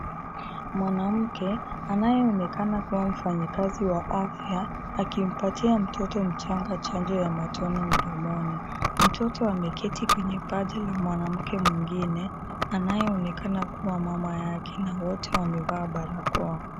Mwanamke anayeonekana kuwa mfanyikazi wa afya akimpatia mtoto mchanga chanjo ya malaria mdomoni. Mtoto ameketi kwenye paja la mwanamke mwingine anayeonekana kuwa mama yake na wote wamevaa barakoa.